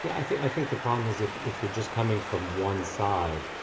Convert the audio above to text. yeah i think i think the problem is, if if you're just coming from one side,